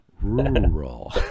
rural